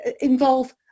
involve